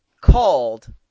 called